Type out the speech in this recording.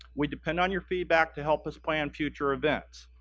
we depend on your feedback to help us plan future events.